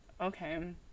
Okay